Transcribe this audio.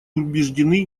убеждены